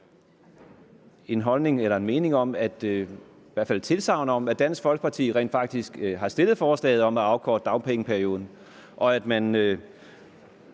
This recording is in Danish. af, at Dansk Folkeparti rent faktisk havde stillet forslaget om at afkorte dagpengeperioden, og man